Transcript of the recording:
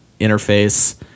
interface